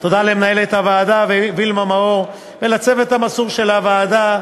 תודה למנהלת הוועדה וילמה מאור ולצוות המסור של הוועדה,